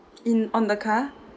in on the car